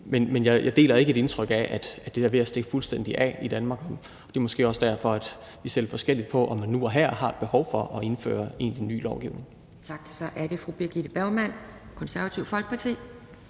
Men jeg deler ikke indtrykket af, at det her er ved at stikke fuldstændig af i Danmark. Det er måske også derfor, at vi ser lidt forskelligt på, om man nu og her har et behov for at indføre ny lovgivning. Kl. 12:20 Anden næstformand (Pia Kjærsgaard):